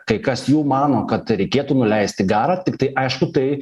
kai kas jų mano kad reikėtų nuleisti garą tiktai aišku tai